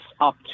up